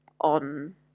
on